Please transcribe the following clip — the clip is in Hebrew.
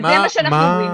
אז, זה מה שאנחנו אומרים.